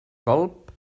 colp